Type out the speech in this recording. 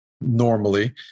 normally